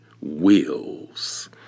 wills